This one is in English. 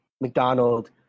McDonald